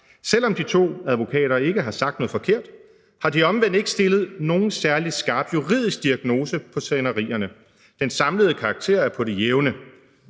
»Selvom de to advokater ikke har sagt noget forkert, har de omvendt ikke stillet nogen særligt skarp juridisk diagnose på scenarierne. Den samlede karakter er på det jævne.